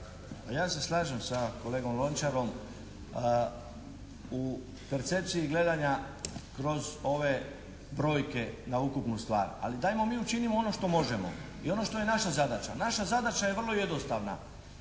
ja se slažem sa kolegom Lončarom, a u percepciji gledanja kroz ove brojke na ukupnu stvar, ali dajmo mi učinimo ono što možemo i ono što je naša zadaća. Naša zadaća je vrlo jednostavna.